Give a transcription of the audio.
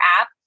app